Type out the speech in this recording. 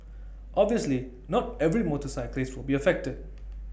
obviously not every motorcyclist will be affected